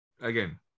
again